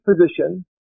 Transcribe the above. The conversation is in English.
position